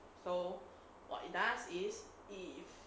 so what it does is if